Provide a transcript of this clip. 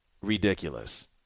ridiculous